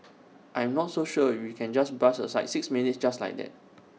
I'm not so sure we can just brush aside six minutes just like that